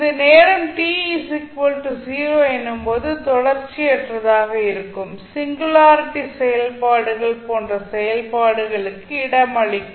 இது நேரம் t 0 எனும்போது தொடர்ச்சியற்றதாக இருக்கும் சிங்குலாரிட்டி செயல்பாடுகள் போன்ற செயல்பாடுகளுக்கு இடமளிக்கும்